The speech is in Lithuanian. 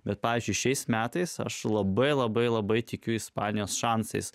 bet pavyzdžiui šiais metais aš labai labai labai tikiu ispanijos šansais